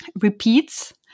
repeats